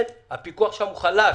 הפיקוח חלש